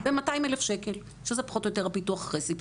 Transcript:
ב-200,000 שקלים שזה פחות או יותר הפיתוח אחרי סבסוד.